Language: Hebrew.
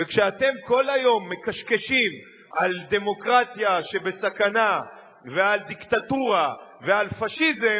וכשאתם כל היום מקשקשים על דמוקרטיה בסכנה ועל דיקטטורה ועל פאשיזם,